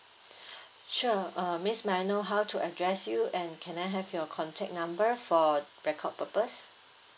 sure uh miss may I know how to address you and can I have your contact number for record purpose